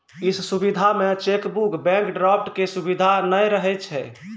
इ सुविधा मे चेकबुक, बैंक ड्राफ्ट के सुविधा नै रहै छै